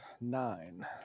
nine